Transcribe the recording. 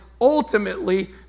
ultimately